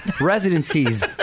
residencies